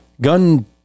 gun